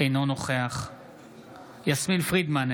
אינו נוכח יסמין פרידמן,